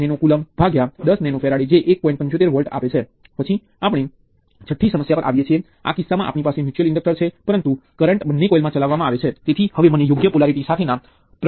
જણાવી દઈએ કે આમાં V1 વોલ્ટેજ છે અને તેમાં V2 નો વોલ્ટેજ છે અને દેખીતી રીતે અમે આ બંને હાઇલાઇટ કરેલા ટર્મિનલ્સ છે તે કેવું લાગે છે તે શોધી રહ્યા છીએ